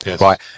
right